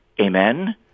Amen